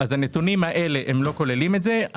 אז הנתונים האלה לא כוללים את זה.